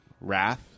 Wrath